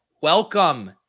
Welcome